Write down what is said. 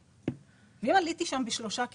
אם עליתי שם בשלושה קירות,